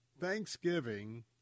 Thanksgiving